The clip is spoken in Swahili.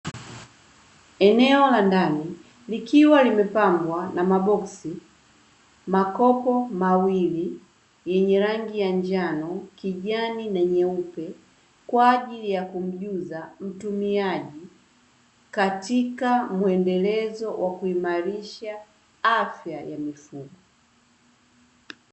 Eneo la ndani likiwa limepambwa na maboksi, makopo mawili yenye rangi ya njano, kijani na nyeupe kwa ajili ya kumjuza mtumiaji katika mwendelezo wa kuimarisha afya ya mifugo.